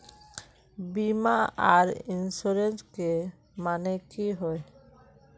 बीमा आर इंश्योरेंस के माने की होय?